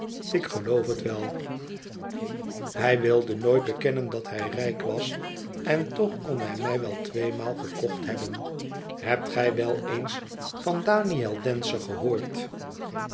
ik geloof het wel hij wilde nooit bekennen dat hij rijk was en toch kon hij mij wel tweemaal gekocht hebben hebt gij wel eens van daniël dancer gehoord